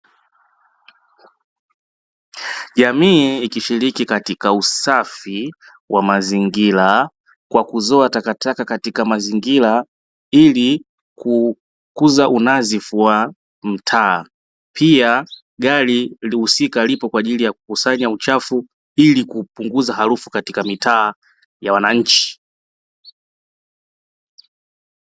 Jamii ikishiriki katika usafi wa mazingira kwa kuzoa takataka katika mazingira ili kukuza unadhifu wa mtaa, pia gari husika lipo kwa ajili ya kukusanya uchafu ili kupunguza harufu katika mitaa ya wananchi.